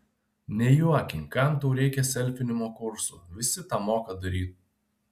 nejuokink kam tau reikia selfinimo kursų visi tą moka daryt